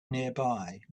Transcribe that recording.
nearby